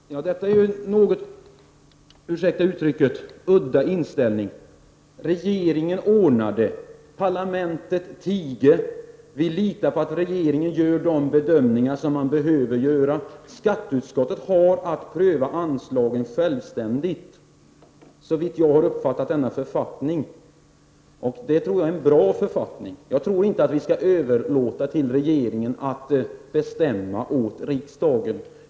Herr talman! Detta är en — ursäkta uttrycket — något udda inställning. Parlamentet tiger och litar på att regeringen gör de nödvändiga bedömningarna. Men skatteutskottet har att självständigt pröva anslagen. Så har jag uppfattat författningen, som jag tror i det fallet är bra. Jag tycker inte att vi skall överlåta på regeringen att bestämma åt riksdagen.